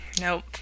Nope